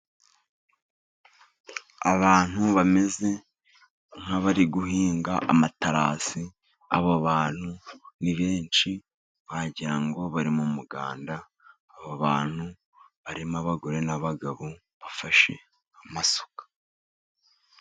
Abantu bameze nk'abari guhinga amatarasi. Abo bantu ni benshi wagirango ngo bari mu muganda, abo bantu barimo abagore n'abagabo bafashe amasuka.